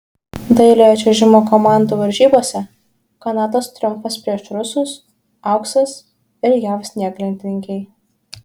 dailiojo čiuožimo komandų varžybose kanados triumfas prieš rusus auksas ir jav snieglentininkei